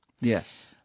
Yes